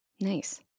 Nice